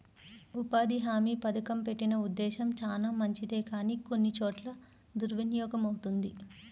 ఉపాధి హామీ పథకం పెట్టిన ఉద్దేశం చానా మంచిదే కానీ కొన్ని చోట్ల దుర్వినియోగమవుతుంది